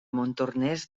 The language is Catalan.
montornès